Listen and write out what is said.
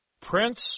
prince